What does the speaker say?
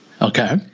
Okay